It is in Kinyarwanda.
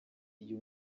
iyo